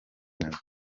nabyo